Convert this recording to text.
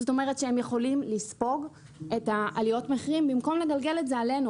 זאת אומרת שהם יכולים לספוג את העליות מחירים במקום לגלגל את זה עלינו,